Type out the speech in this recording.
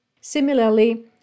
Similarly